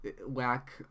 whack